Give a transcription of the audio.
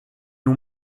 nur